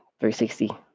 360